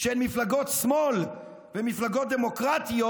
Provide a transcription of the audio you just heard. שהן מפלגות שמאל ומפלגות דמוקרטיות.